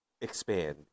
expand